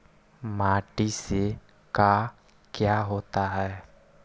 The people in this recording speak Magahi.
माटी से का क्या होता है?